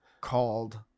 called